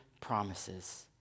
promises